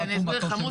ואני אסביר לך מוסי.